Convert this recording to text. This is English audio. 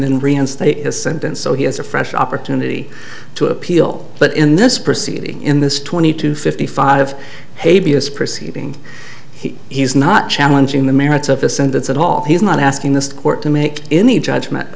then reinstate his sentence so he has a fresh opportunity to appeal but in this proceeding in this twenty two fifty five hevia is proceeding he he's not challenging the merits of the sentence at all he's not asking this court to make any judgment